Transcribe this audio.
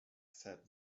said